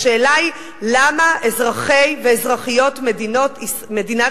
השאלה היא למה אזרחי ואזרחיות מדינת